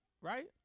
Right